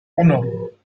uno